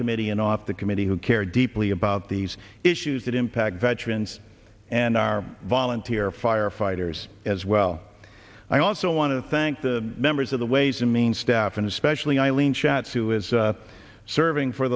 committee and off the committee who care deeply about these issues that impact veterans and our volunteer firefighters as well i also want to thank the members of the ways and means staff and especially eileen schatz who is serving for